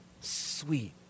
sweet